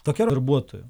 tokia darbuotojų